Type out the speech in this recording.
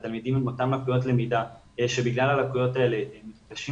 התלמידים עם אותן לקויות למידה שבגלל הלקויות האלה הם מתקשים